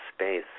space